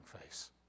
face